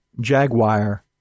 Jaguar